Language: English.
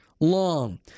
long